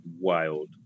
Wild